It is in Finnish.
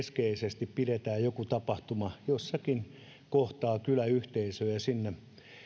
perhekeskeisesti pidetään joku tapahtuma jossakin kohtaa kyläyhteisöä ja sinne